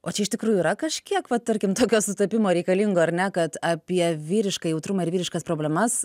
o čia iš tikrųjų yra kažkiek va tarkim tokio sutapimo reikalingo ar ne kad apie vyrišką jautrumą ir vyriškas problemas